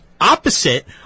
opposite